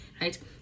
right